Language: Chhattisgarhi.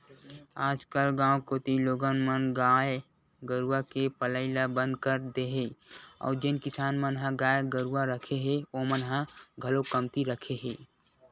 आजकल गाँव कोती लोगन मन गाय गरुवा के पलई ल बंद कर दे हे अउ जेन किसान मन ह गाय गरुवा रखे हे ओमन ह घलोक कमती रखे हे